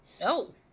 no